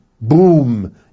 boom